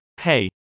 Hey